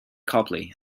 copley